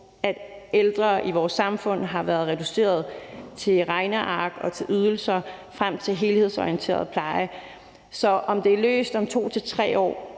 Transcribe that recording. at ældre i vores samfund har været reduceret til regneark og ydelser, og flytte fokus til helhedsorienteret pleje. Så at det er løst om 2-3 år,